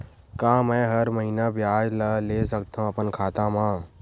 का मैं हर महीना ब्याज ला ले सकथव अपन खाता मा?